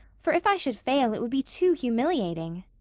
for, if i should fail, it would be too humiliating.